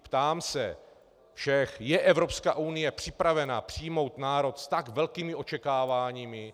Ptám se všech: Je Evropská unie připravena přijmout národ s tak velkými očekáváními?